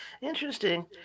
interesting